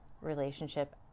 relationship